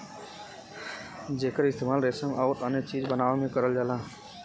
जेकर इस्तेमाल रेसम आउर अन्य चीज बनावे में करल जाला